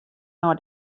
nei